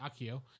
Akio